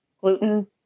gluten